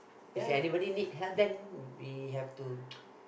if anybody need help then we have to